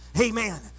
amen